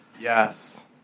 Yes